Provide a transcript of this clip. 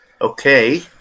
Okay